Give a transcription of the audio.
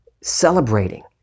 celebrating